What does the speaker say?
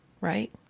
right